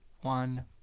one